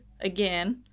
again